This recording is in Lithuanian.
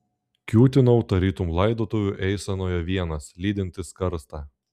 kiūtinau tarytum laidotuvių eisenoje vienas lydintis karstą